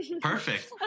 perfect